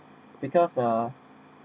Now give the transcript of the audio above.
because uh